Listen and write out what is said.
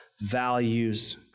values